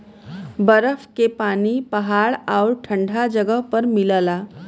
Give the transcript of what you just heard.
बरफ के पानी पहाड़ आउर ठंडा जगह पर मिलला